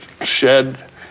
shed